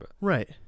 Right